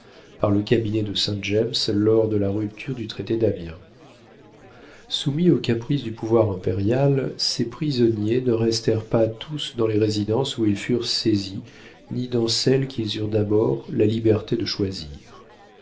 par le cabinet de saint-james lors de la rupture du traité d'amiens soumis au caprice du pouvoir impérial ces prisonniers ne restèrent pas tous dans les résidences où ils furent saisis ni dans celles qu'ils eurent d'abord la liberté de choisir